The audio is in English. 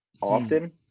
often